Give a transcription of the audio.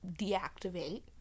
deactivate